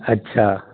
अच्छा